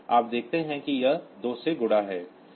आप देखते हैं कि यह 2 से गुणा है